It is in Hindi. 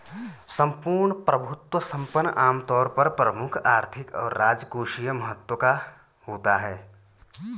सम्पूर्ण प्रभुत्व संपन्न आमतौर पर प्रमुख आर्थिक और राजकोषीय महत्व का होता है